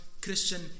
Christian